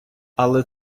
але